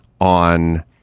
on